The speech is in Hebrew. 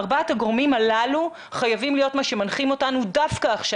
ארבעת הגורמים הללו חייבים להיות מה שמנחה אותנו דווקא עכשיו,